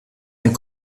and